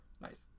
Nice